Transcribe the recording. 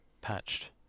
Patched